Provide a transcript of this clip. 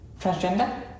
transgender